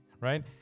right